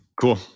Cool